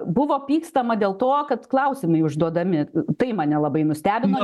buvo pykstama dėl to kad klausimai užduodami tai mane labai nustebino